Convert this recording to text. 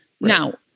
Now